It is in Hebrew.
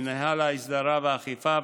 מינהל ההסדרה והאכיפה,